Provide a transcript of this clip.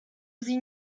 sie